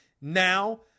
now